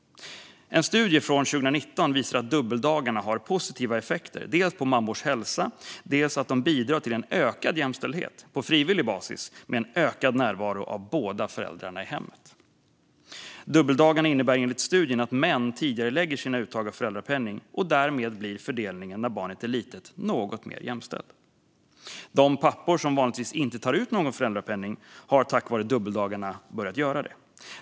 En studie från 2019 visar att dubbeldagarna har positiva effekter, dels på mammors hälsa, dels på att de bidrar till en ökad jämställdhet på frivillig basis med en ökad närvaro av båda föräldrarna i hemmet. Dubbeldagarna innebär enligt studien att män tidigarelägger sitt uttag av föräldrapenning, och därmed blir fördelningen när barnet är litet något mer jämställd. De pappor som vanligtvis inte tar ut någon föräldrapenning har tack vare dubbeldagarna börjat göra det.